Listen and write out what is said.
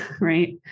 right